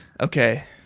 okay